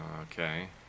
Okay